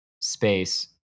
space